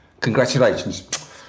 Congratulations